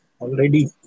already